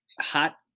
hot